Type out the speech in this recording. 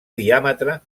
diàmetre